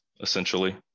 essentially